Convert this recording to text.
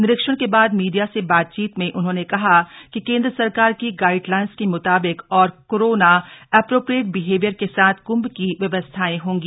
निरीक्षण के बाद मीडिया से बातचीत में उन्होंने कहा कि केंद्र सरकार की गाइडलाइंस के मुताबिक और कोरोना एप्रोप्रिएट बिहेवियर के साथ कुंभ की व्यवस्थाएं होंगी